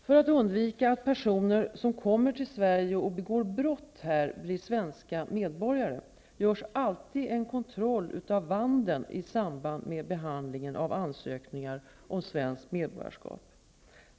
För att undvika att personer som kommer till Sverige och begår brott här blir svenska medborgare, görs alltid en kontroll av vandeln i samband med behandlingen av ansökningar om svenskt medborgarskap.